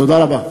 תודה רבה.